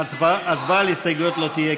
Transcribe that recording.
הצבעה על הסתייגויות לא תהיה,